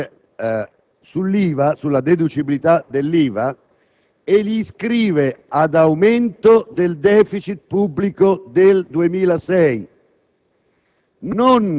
sulla deducibilità dell'IVA - ad aumento del *deficit* pubblico del 2006.